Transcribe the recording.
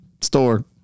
store